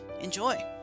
Enjoy